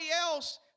else